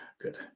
Good